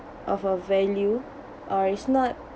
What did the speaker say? of a value or it's not